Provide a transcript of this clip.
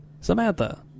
Samantha